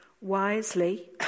wisely